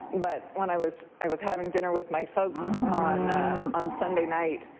but when i was i was having dinner with my folks on on sunday night,